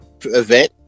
event